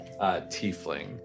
tiefling